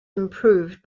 improved